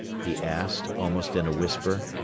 he asked, almost in a whisper.